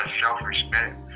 self-respect